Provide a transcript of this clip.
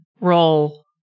roll